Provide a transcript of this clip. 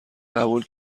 قبول